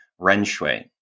Renshui